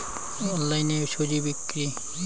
অনলাইনে স্বজি বিক্রি?